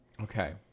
Okay